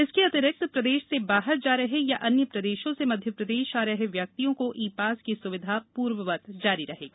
इसके अतिरिक्त प्रदेश से बाहर जा रहे या अन्य प्रदेशों से मध्यप्रदेश आ रहे व्यक्तियों को ई पास की सुविधा पूर्ववत् जारी रहेगी